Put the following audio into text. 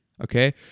Okay